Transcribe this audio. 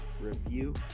review